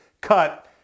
cut